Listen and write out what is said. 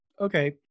Okay